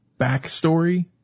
backstory